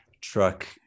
truck